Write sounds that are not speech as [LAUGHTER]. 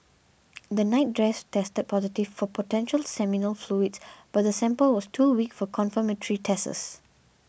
[NOISE] the nightdress tested positive for potential seminal fluids [NOISE] but the sample was too weak for confirmatory tests